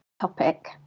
topic